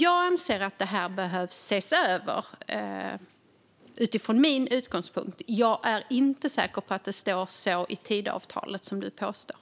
Jag anser att lagen behöver ses över, och jag är inte säker på att vad du påstår står med i Tidöavtalet.